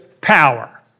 power